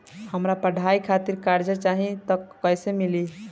हमरा पढ़ाई खातिर कर्जा चाही त कैसे मिली?